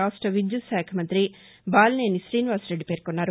రాష్ట విద్యుత్ శాఖ మంతి బాలినేని శీనివాసరెడ్డి పేర్కొన్నారు